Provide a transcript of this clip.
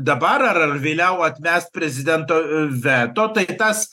dabar ar vėliau atmest prezidento veto tai tas